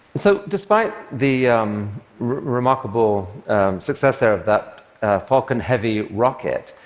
so despite the remarkable success there of that falcon heavy rocket,